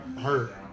hurt